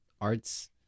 arts